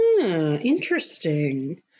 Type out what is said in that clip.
interesting